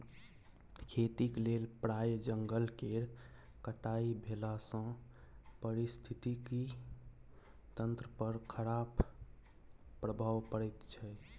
खेतीक लेल प्राय जंगल केर कटाई भेलासँ पारिस्थितिकी तंत्र पर खराप प्रभाव पड़ैत छै